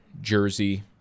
jersey